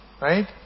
right